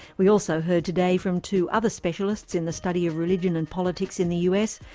we also heard today from two other specialists in the study of religion and politics in the us,